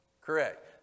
Correct